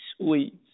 Sweets